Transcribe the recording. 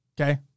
Okay